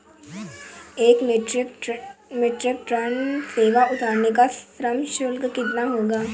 एक metric tonne सेव उतारने का श्रम शुल्क कितना होगा?